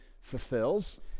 fulfills